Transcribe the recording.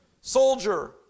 soldier